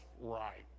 right